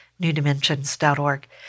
newdimensions.org